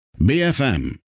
BFM